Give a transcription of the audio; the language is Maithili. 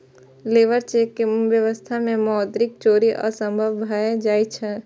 लेबर चेक के व्यवस्था मे मौद्रिक चोरी असंभव भए जाइ छै